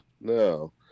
no